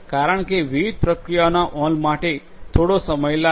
કારણ કે વિવિધ પ્રક્રિયાઓના અમલ માટે થોડો સમય લાગશે